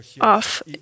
off